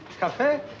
Café